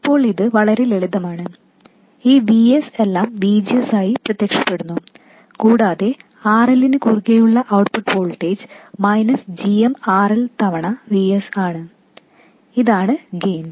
ഇപ്പോൾ ഇത് വളരെ ലളിതമാണ് ഈ Vs എല്ലാം VGS ആയി പ്രത്യക്ഷപ്പെടുന്നു കൂടാതെ RL ന് കുറുകെയുള്ള output voltage minus gm RL തവണ Vs ആണ് ഇതാണ് ഗെയിൻ